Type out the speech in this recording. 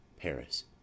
Paris